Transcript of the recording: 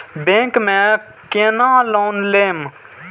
Bank में केना loan लेम?